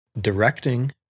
directing